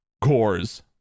cores